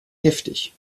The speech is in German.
heftig